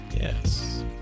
yes